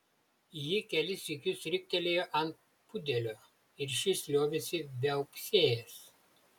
ji kelis sykius riktelėjo ant pudelio ir šis liovėsi viauksėjęs